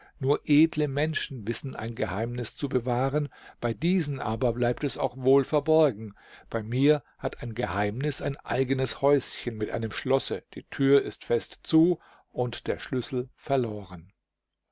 nur edle menschen wissen ein geheimnis zu bewahren bei diesen aber bleibt es auch wohl verborgen bei mir hat ein geheimnis ein eigenes häuschen mit einem schlosse die tür ist fest zu und der schlüssel verloren